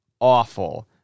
awful